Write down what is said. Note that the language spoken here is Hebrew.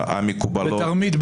בתרמית,